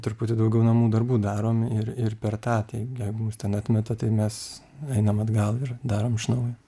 truputį daugiau namų darbų darom ir ir per tą tai jeigu mums ten atmeta tai mes einam atgal ir darom iš naujo